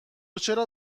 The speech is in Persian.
چرا